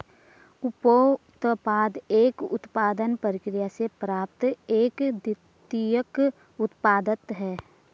उपोत्पाद एक उत्पादन प्रक्रिया से प्राप्त एक द्वितीयक उत्पाद है